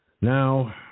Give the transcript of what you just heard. now